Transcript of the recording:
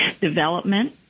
development